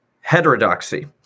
heterodoxy